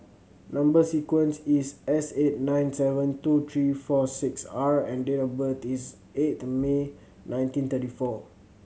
number sequence is S eight nine seven two three four six R and date of birth is eighth May nineteen thirty four